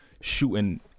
shooting